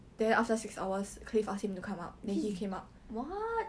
poly education 几千块 for three years